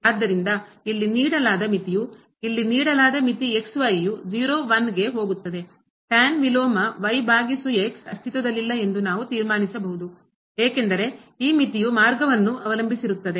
ಆದ್ದರಿಂದ ಇಲ್ಲಿ ನೀಡಲಾದ ಮಿತಿಯು ಗೆ ಹೋಗುತ್ತದೆ ವಿಲೋಮ ಭಾಗಿಸು ಅಸ್ತಿತ್ವದಲ್ಲಿಲ್ಲ ಎಂದು ನಾವು ತೀರ್ಮಾನಿಸಬಹು ಏಕೆಂದರೆ ಈ ಮಿತಿಯು ಮಾರ್ಗವನ್ನು ಅವಲಂಬಿಸಿರುತ್ತದೆ